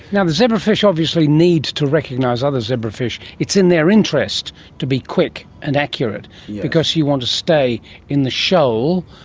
and the zebrafish obviously need to recognise other zebrafish, it's in their interest to be quick and accurate because you want to stay in the shoal,